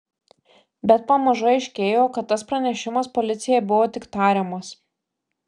bet pamažu aiškėjo kad tas pranešimas policijai buvo tik tariamas